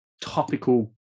topical